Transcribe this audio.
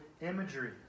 imagery